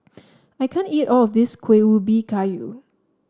I can't eat all of this Kueh Ubi Kayu